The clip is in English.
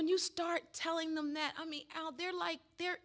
when you start telling them that out there like the